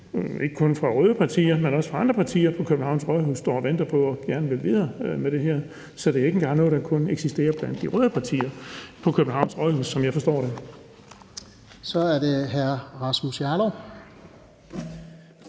ikke kun i de røde partier, men også i de andre partier på Københavns rådhus står og venter på det, og at man gerne vil gå videre med det. Så det er jo ikke engang noget, der kun eksisterer blandt de røde partier på Københavns rådhus, som jeg forstår det. Kl. 13:39 Fjerde næstformand